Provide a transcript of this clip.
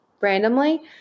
randomly